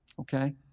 Okay